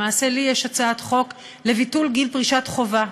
למעשה, לי יש הצעת חוק לביטול גיל פרישת חובה.